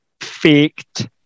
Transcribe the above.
faked